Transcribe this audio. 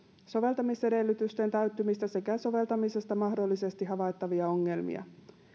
soveltamisedellytysten täyttymistä sekä soveltamisessa mahdollisesti havaittavia ongelmia